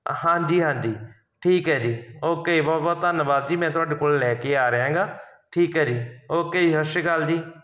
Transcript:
ਹਾਂਜੀ ਹਾਂਜੀ ਠੀਕ ਹੈ ਜੀ ਓਕੇ ਬਹੁਤ ਬਹੁਤ ਧੰਨਵਾਦ ਜੀ ਮੈਂ ਤੁਹਾਡੇ ਕੋਲ ਲੈ ਕੇ ਆ ਰਿਹਾ ਹੈਗਾ ਠੀਕ ਹੈ ਜੀ ਓਕੇ ਜੀ ਸਤਿ ਸ਼੍ਰੀ ਅਕਾਲ ਜੀ